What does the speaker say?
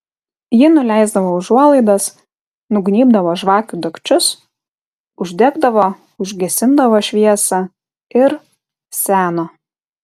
ji nuleisdavo užuolaidas nugnybdavo žvakių dagčius uždegdavo užgesindavo šviesą ir seno